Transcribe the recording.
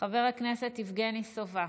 חבר הכנסת יבגני סובה,